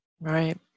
right